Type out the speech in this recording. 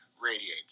radiates